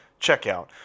checkout